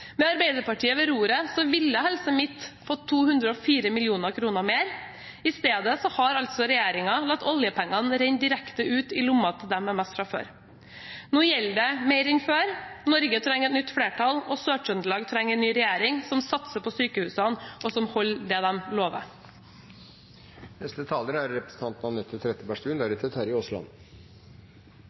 Med Arbeiderpartiet ved roret ville Helse Midt-Norge fått 204 mill. kr mer. I stedet har regjeringen latt oljepengene renne direkte ut i lomma til dem med mest fra før. Nå gjelder det mer enn før. Norge trenger et nytt flertall, og Sør-Trøndelag trenger en ny regjering som satser på sykehusene, og som holder det de lover. I et stort budsjett er